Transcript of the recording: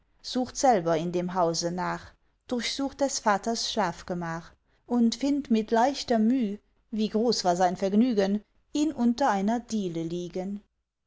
sucht selber in dem hause nach durchsucht des vaters schlafgemach und findt mit leichter müh wie groß war sein vergnügen ihn unter einer diele liegen